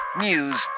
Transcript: news